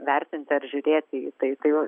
vertinti ar žiūrėti į tai tai